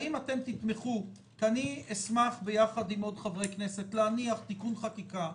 האם אתם תתמכו כי אני אשמח ביחד עם עוד חברי כנסת להניח תיקון חקיקה,